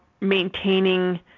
maintaining